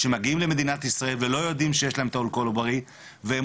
שמגיעים למדינת ישראל ולא יודעים שיש להם את האלכוהול עוברי והם